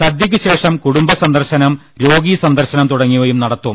സദ്യക്കുശേഷം കുടുംബ സന്ദർശനം രോഗീ സന്ദർശനം തുടങ്ങിയവയും നടത്തും